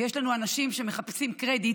ויש לנו אנשים שמחפשים קרדיט,